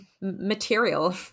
material